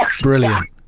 Brilliant